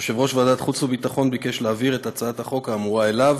יושב-ראש ועדת החוץ והביטחון ביקש להעביר את הצעת החוק האמורה אליו.